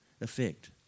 effect